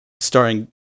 starring